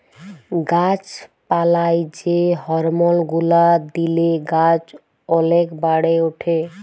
গাছ পালায় যে হরমল গুলা দিলে গাছ ওলেক বাড়ে উঠে